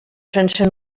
sense